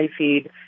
iFeed